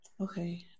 okay